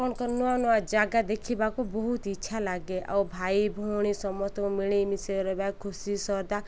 ଆପଣଙ୍କ ନୂଆ ନୂଆ ଜାଗା ଦେଖିବାକୁ ବହୁତ ଇଚ୍ଛା ଲାଗେ ଆଉ ଭାଇ ଭଉଣୀ ସମସ୍ତଙ୍କୁ ମିଳି ମିଶେଇ ରହିବା ଖୁସି ଶ୍ରଦ୍ଧା